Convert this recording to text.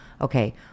okay